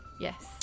Yes